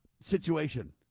situation